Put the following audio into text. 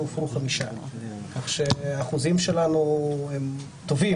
והופרו 5. כך שאחוזים שלנו הם טובים.